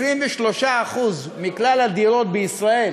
23% מכלל הדירות בישראל